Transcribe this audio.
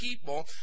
people